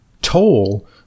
toll